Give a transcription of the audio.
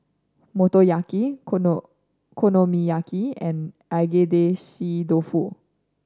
Motoyaki Okono Okonomiyaki and Agedashi Dofu